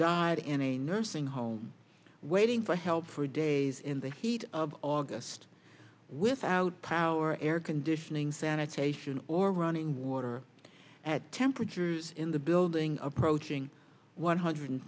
died in a nursing home waiting for help for days in the heat of august without power air conditioning sanitation or running water at temperatures in the building approaching one hundred